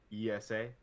ESA